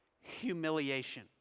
humiliation